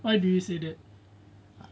why do you say that